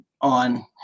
on